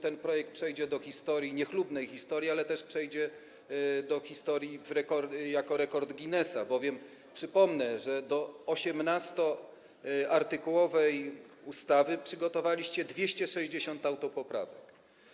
Ten projekt przejdzie do historii, niechlubnej historii, ale też przejdzie do historii jako rekord Guinnessa, bowiem przypomnę, że do 18-artykułowej ustawy przygotowaliście 260 autopoprawek.